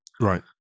right